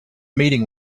meeting